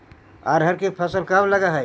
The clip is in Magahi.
अरहर के फसल कब लग है?